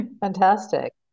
fantastic